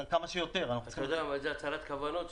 כמה שיותר --- אתה יודע איזו הצהרת כוונות זו,